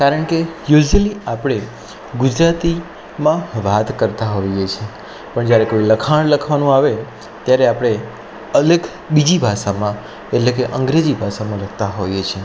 કારણ કે યુઝયલી આપણે ગુજરાતીમાં વાત કરતા હોઈએ છીએ પણ જ્યારે કોઈ લખાણ લખવાનું આવે ત્યારે આપણે અલગ બીજી ભાષામાં એટલેકે અંગ્રેજી ભાષામાં લખતા હોઇએ છીએ